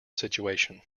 situation